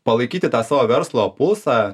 palaikyti tą savo verslo pulsą